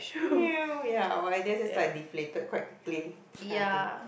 ya our ideas just like deflated quite quickly that kind of thing